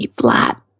flat